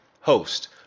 host